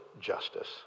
justice